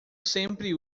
sempre